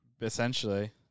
Essentially